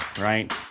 right